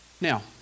Now